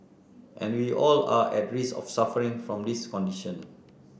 and we all are at risk of suffering from this condition